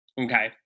okay